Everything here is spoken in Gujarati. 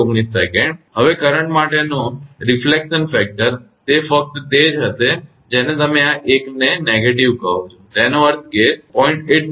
06 kV હવે કરંટ માટેનો પ્રતિબિંબ પરિબળ તે ફક્ત તે જ હશે જેને તમે આ 1 ને નકારાત્મક કહો છો એનો અર્થ એ કે તે 0